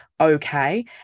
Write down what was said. okay